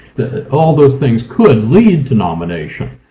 all those things could lead to nomination.